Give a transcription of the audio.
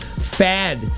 fad